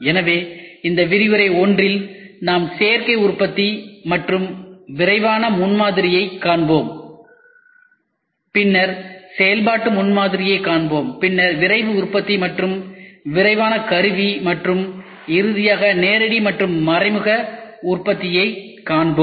எனவே இந்த விரிவுரை 1 இல் நாம் சேர்க்கை உற்பத்தி மற்றும் விரைவான முன்மாதிரியைக் காண்போம் பின்னர் செயல்பாட்டு முன்மாதிரியைக் காண்போம் பின்னர் விரைவு உற்பத்தி மற்றும் விரைவான கருவி மற்றும் இறுதியாக நேரடி மற்றும் மறைமுக உற்பத்தியைக் காண்போம்